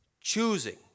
choosing